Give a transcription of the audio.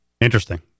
Interesting